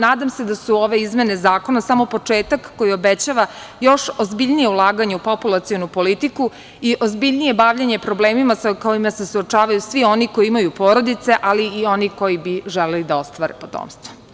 Nadam se da su ove izmene zakona samo početak koji obećava još ozbiljnija ulaganja u populacionu politiku i ozbiljnije bavljenje problemima sa kojima se suočavaju svi oni koji imaju porodice, ali i oni koji bi želeli da ostvare potomstvo.